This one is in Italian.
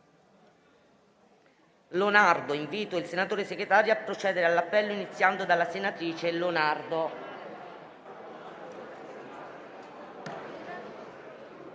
Lonardo).* Invito il senatore Segretario a procedere all'appello, iniziando dalla senatrice